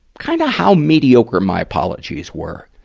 kind of how mediocre my apologies were,